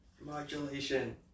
modulation